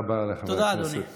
תודה רבה לחבר הכנסת